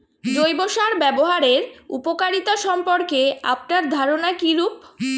জৈব সার ব্যাবহারের উপকারিতা সম্পর্কে আপনার ধারনা কীরূপ?